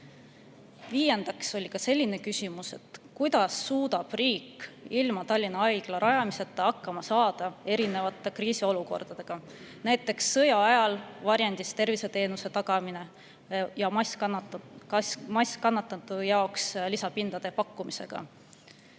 Viiendaks on küsimus, et kuidas suudab riik ilma Tallinna Haigla rajamiseta hakkama saada erinevate kriisiolukordadega, näiteks sõja ajal varjendis terviseteenuse tagamise ja masskannatanute jaoks lisapindade pakkumisega.